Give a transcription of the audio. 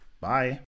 Bye